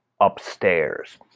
upstairs